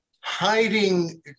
hiding